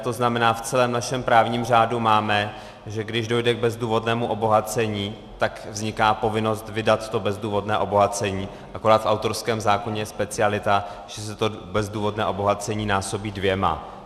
To znamená, v celém našem právním řádu máme, že když dojde k bezdůvodnému obohacení, tak vzniká povinnost vydat to bezdůvodné obohacení, akorát v autorském zákoně je specialita, že se to bezdůvodné obohacení násobí dvěma.